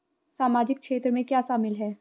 सामाजिक क्षेत्र में क्या शामिल है?